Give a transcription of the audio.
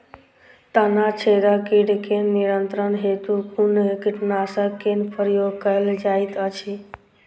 तना छेदक कीट केँ नियंत्रण हेतु कुन कीटनासक केँ प्रयोग कैल जाइत अछि?